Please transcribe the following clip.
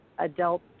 adult